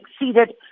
exceeded